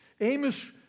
Amos